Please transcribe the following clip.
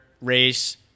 race